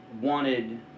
wanted